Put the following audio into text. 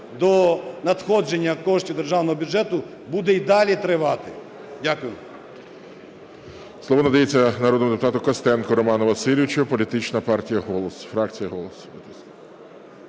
до надходження коштів державного бюджету буде і далі тривати. Дякую.